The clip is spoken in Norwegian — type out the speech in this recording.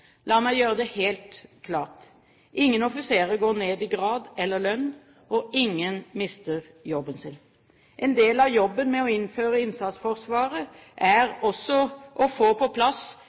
La meg gjøre det helt klart: Ingen offiserer går ned i grad eller i lønn, og ingen mister jobben sin. En del av jobben med å innføre innsatsforsvaret er også å få på plass